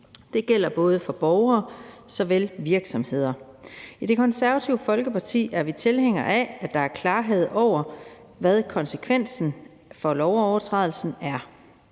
Det gælder både for borgere og virksomheder. I Det Konservative Folkeparti er vi tilhængere af, at der er klarhed over, hvad konsekvensen for lovovertrædelsen er,